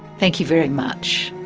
thank you very much.